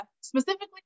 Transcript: specifically